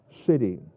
city